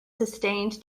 sustained